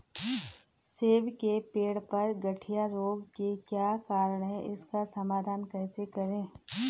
सेब के पेड़ पर गढ़िया रोग के क्या कारण हैं इसका समाधान कैसे करें?